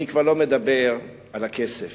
אני כבר לא מדבר על הכסף,